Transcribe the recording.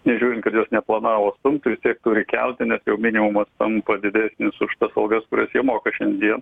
nežiūrint kad neplanavo stumtelti kuri keldama jau minimumas tampa didesnis už paslaugas kurias jie moka šiandien